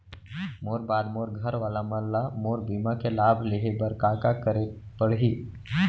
मोर बाद मोर घर वाला मन ला मोर बीमा के लाभ लेहे बर का करे पड़ही?